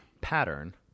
pattern